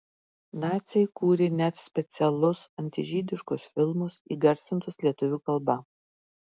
naciai kūrė net specialus antižydiškus filmus įgarsintus lietuvių kalba